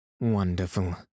Wonderful